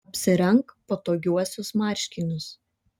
apsirenk patogiuosius marškinius